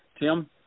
Tim